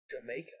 Jamaica